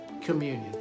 communion